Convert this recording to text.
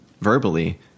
verbally